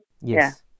Yes